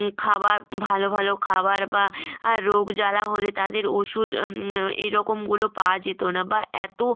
খাবার ভালো ভালো খাবার বা আ রোগ জ্বালা হলে তাদের ওষুধ এরকমগুলো পাওয়া যেত না বা এত